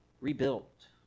Rebuilt